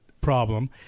problem